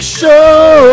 show